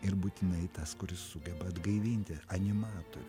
ir būtinai tas kuris sugeba atgaivinti animatorius